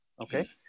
Okay